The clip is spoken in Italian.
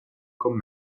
con